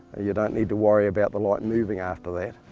you don't need to worry about the light and moving after that.